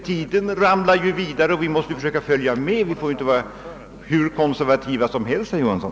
Tiden ramlar vidare, och vi måste försöka följa med. Vi får inte vara hur konservativa som helst, herr Johansson!